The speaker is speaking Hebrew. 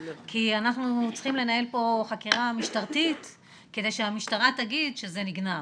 כי אנחנו צריכים לנהל פה חקירה משטרתית כדי שהמשטרה תגיד שזה נגנב.